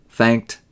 thanked